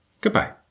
goodbye